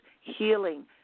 healing